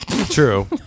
True